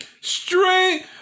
straight